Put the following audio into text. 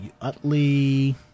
Utley